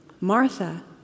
Martha